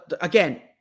Again